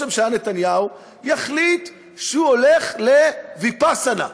הממשלה נתניהו יחליט שהוא הולך לוויפאסנה,